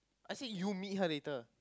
I said you meet her later